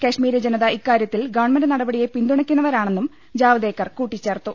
കശ്മീരി ജനത ഇക്കാര്യത്തിൽ ഗവൺമെന്റ് നടപടിയെ പിന്തുണയ്ക്കുന്നവരാണെന്നും ജാവ്ദേക്കർ കൂട്ടിച്ചേർത്തു